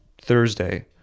Thursday